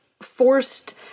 forced